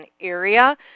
area